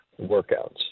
workouts